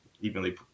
evenly